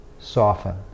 soften